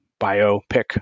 biopic